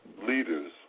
leaders